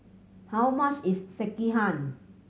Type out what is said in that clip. how much is Sekihan